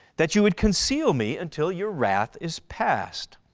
that you would conceal me until your wrath is past,